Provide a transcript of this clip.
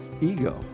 ego